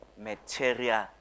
material